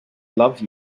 love